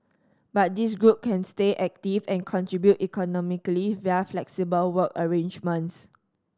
but this group can stay active and contribute economically via flexible work arrangements